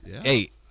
Hey